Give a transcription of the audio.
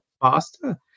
faster